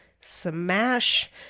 smash